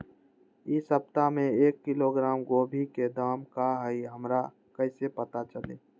इ सप्ताह में एक किलोग्राम गोभी के दाम का हई हमरा कईसे पता चली?